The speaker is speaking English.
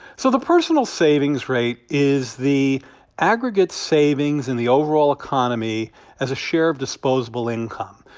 so the personal savings rate is the aggregate savings in the overall economy as a share of disposable income.